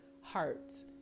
hearts